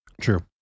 True